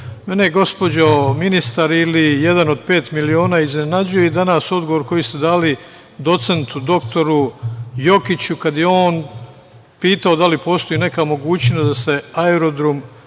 gospođo ministar ili „ jedan od 5 miliona“, iznenađuje i danas odgovor koji ste dali docentu dr. Jokiću kada je on pitao da li postoji neka mogućnost da se aerodrom